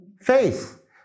faith